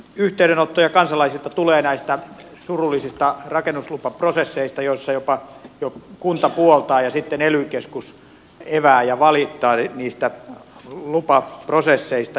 yhteydenottoja kansalaisilta tulee näistä surullisista rakennuslupaprosesseista joissa kunta puoltaa ja sitten ely keskus epää ja valittaa niistä lupaprosesseista